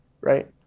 right